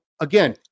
Again